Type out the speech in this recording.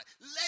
Let